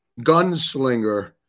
gunslinger